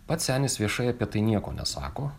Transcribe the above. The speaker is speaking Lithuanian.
pats senis viešai apie tai nieko nesako